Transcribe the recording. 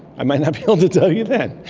i might not be able to tell you then.